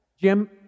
Jim